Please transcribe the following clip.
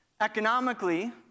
Economically